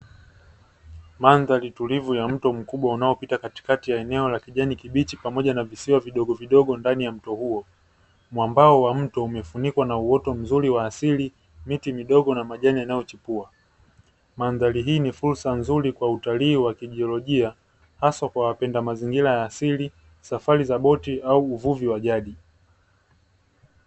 Mandari tulivu ya mto mkubwa unaopita katikati ya eneo la kijani kibichi, pamoja na visiwa vidogovidogo ndani ya mto huo, mwambao wa mto umefunikwa na uoto mzuri wa asili, miti midogo na majani yanayochipua. Mandhari hii ni fursa nzuri kwa utalii wa kijiolojia haswa kwa wapenda mazingira asili, safari za boti au uvuvi wa jadi.